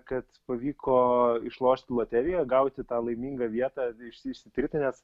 kad pavyko išlošt loteriją gauti tą laimingą vietą išsitirti nes